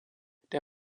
der